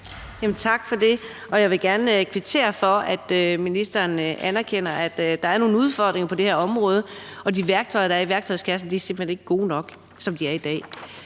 Tak for det. Og jeg vil gerne kvittere for, at ministeren anerkender, at der er nogle udfordringer på det her område, og at de værktøjer, der er i værktøjskassen, simpelt hen ikke er gode nok, som de er i dag.